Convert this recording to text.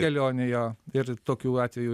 kelionė jo ir tokių atvejų